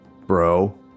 bro